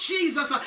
Jesus